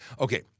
Okay